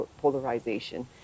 polarization